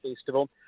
Festival